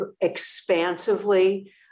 expansively